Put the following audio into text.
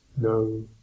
no